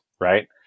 right